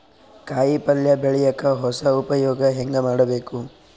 ಕಾಯಿ ಪಲ್ಯ ಬೆಳಿಯಕ ಹೊಸ ಉಪಯೊಗ ಹೆಂಗ ಮಾಡಬೇಕು?